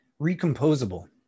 Recomposable